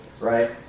right